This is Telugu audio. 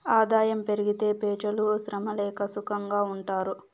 ఆదాయం పెరిగితే పెజలు శ్రమ లేక సుకంగా ఉంటారు